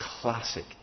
classic